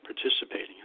participating